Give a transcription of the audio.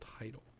title